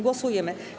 Głosujemy.